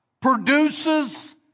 produces